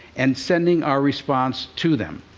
and sending our response to them,